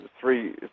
three